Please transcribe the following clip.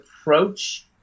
approach